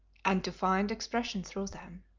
and to find expression through them.